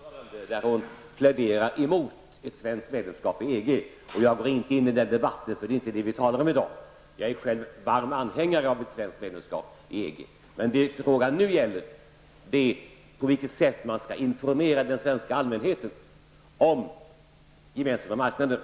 Herr talman! Birgitta Hambraeus pläderade i sitt anförande emot ett svenskt medlemskap i EG. Jag går inte in i den debatten därför att det inte är det som vi talar om i dag. Jag är själv en varm anhängare av ett svenskt medlemskap i EG. Nu gäller frågan på vilket sätt man skall informera den svenska allmänheten om den gemensamma marknaden